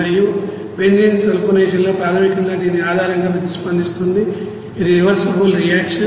మరియు benzene sulphonation ప్రాథమికంగా దీని ఆధారంగా ప్రతిస్పందిస్తుంది ఇది రివర్సిబుల్ రియాక్షన్